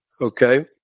Okay